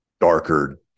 darker